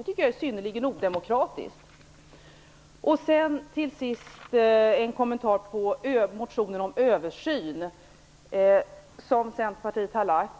Jag tycker att det är synnerligen odemokratiskt. Till sist en kommentar till motionen om en översyn från Centerpartiet.